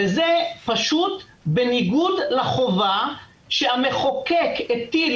זה פשוט בניגוד לחובה שהמחוקק הטיל